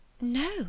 No